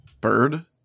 bird